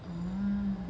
mm